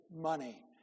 money